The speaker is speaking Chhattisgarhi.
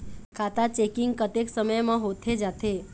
खाता चेकिंग कतेक समय म होथे जाथे?